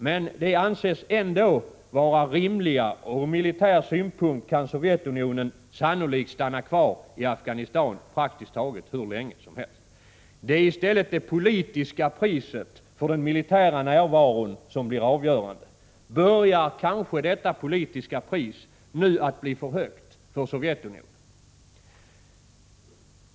Men dessa kostnader anses ändå vara rimliga, och ur militär synpunkt kan Sovjetunionen sannolikt stanna kvar i Afghanistan praktiskt taget hur länge som helst. Det är i stället det politiska priset för den militära närvaron som blir avgörande. Börjar kanske detta politiska pris nu att bli för högt för Sovjetunionen?